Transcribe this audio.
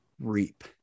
reap